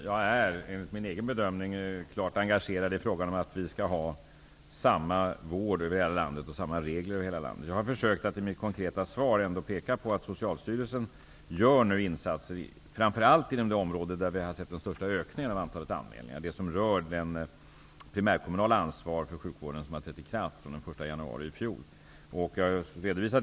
Herr talman! Enligt min egen bedömning är jag klart engagerad i frågan att vi skall ha samma vård och regler över hela landet. I mitt konkreta svar har jag försökt att peka på att Socialstyrelsen gör insatser, framför allt inom de områden där vi har haft den största ökningen av antalet anmälningar, dvs. det som rör det primärkommunala ansvaret för sjukvården, som trädde i kraft den 1 januari 1992.